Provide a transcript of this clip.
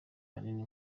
kanini